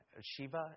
Sheba